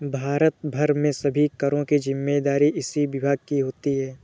भारत भर में सभी करों की जिम्मेदारी इसी विभाग की होती है